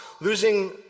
losing